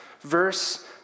verse